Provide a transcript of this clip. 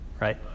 right